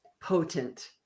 potent